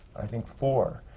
i think four.